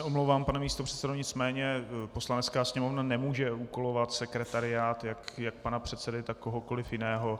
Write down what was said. Omlouvám se, pane místopředsedo, nicméně Poslanecká sněmovna nemůže úkolovat sekretariát jak pana předsedy, tak kohokoliv jiného.